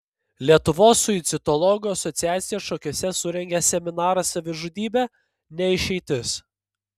lietuvos suicidologų asociacija šakiuose surengė seminarą savižudybė ne išeitis